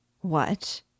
What